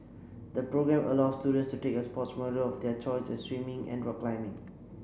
the programme allows students to take a sports module of their choice as swimming and rock climbing